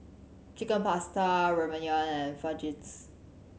Chicken Pasta Ramyeon and Fajitas